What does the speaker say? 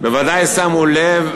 בוודאי שמו לב,